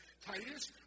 Titus